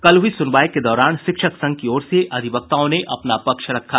कल हुई सुनवाई के दौरान शिक्षक संघ की ओर से अधिवक्ताओं ने अपना पक्ष रखा